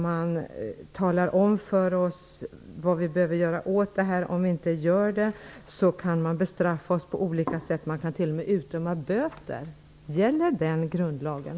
Man talar om vad som behöver göras, och om det inte görs kan medlemsstaterna bestraffas på olika sätt. Man kan t.o.m. utdöma böter. Gäller den grundlagen?